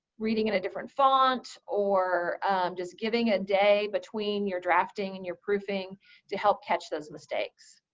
reading in a different font or just giving a day between your drafting and your proofing to help catch those mistakes.